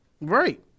Right